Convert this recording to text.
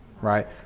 right